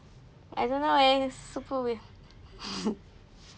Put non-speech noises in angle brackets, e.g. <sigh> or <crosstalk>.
I don't know leh super weird <laughs>